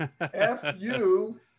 F-U-